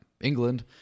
England